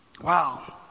Wow